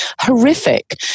horrific